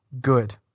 good